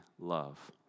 love